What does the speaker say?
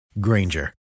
Granger